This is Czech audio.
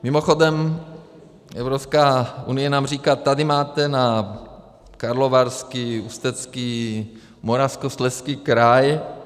Mimochodem Evropská unie nám říká: Tady máte na Karlovarský, Ústecký, Moravskoslezský kraj.